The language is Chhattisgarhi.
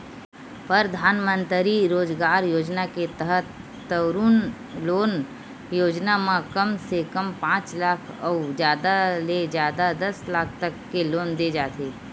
परधानमंतरी रोजगार योजना के तहत तरून लोन योजना म कम से कम पांच लाख अउ जादा ले जादा दस लाख तक के लोन दे जाथे